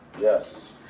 Yes